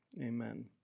amen